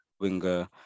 winger